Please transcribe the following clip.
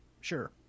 Sure